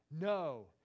No